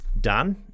done